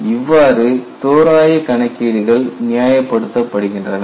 இவ்வாறு தோராய கணக்கீடுகள் நியாயப்படுத்தப்படுகின்றன